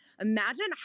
imagine